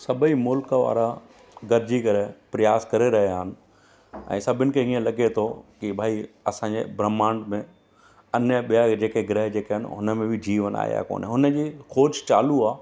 सभई मुल्क वारा गॾिजी करे प्रयास करे रहिया आहिनि ऐं सभिनि खे इअं लॻे थो की भाई असांजे ब्रहमांड में अन्य ॿिया हे जेके ग्रह जेके आहिनि हुन में बि जीवन आहे या कोन हुन जी खोज चालू आहे